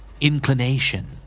Inclination